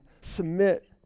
submit